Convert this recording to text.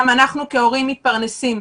וגם אנחנו כהורים מתפרנסים,